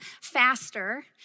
faster